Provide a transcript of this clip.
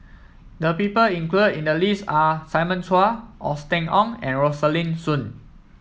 the people included in the list are Simon Chua Austen Ong and Rosaline Soon